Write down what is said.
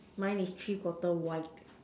mine is three quarter white